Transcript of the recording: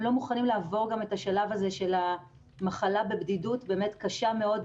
הם לא מוכנים לעבור את השלב הזה של המחלה בבדידות קשה מאוד,